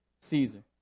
Caesar